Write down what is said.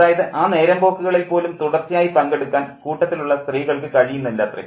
അതായത് ആ നേരമ്പോക്കുകളിൽ പോലും തുടർച്ചയായി പങ്കെടുക്കാൻ കൂട്ടത്തിലുള്ള സ്ത്രീകൾക്ക് കഴിയുന്നില്ലത്രേ